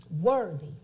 worthy